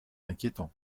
inquiétant